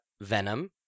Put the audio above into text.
Venom